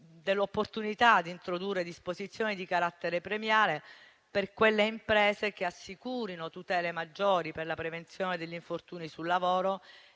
dell'opportunità di introdurre disposizioni di carattere premiale per le imprese che assicurano tutele maggiori, con la prevenzione degli infortuni sul lavoro,